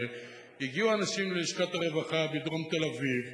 הגיעו אנשים ללשכת הרווחה בדרום תל-אביב